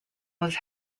was